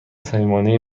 صمیمانه